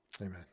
Amen